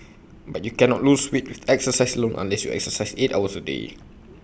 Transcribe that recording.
but you cannot lose weight with exercise alone unless you exercise eight hours A day